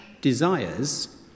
desires